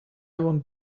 want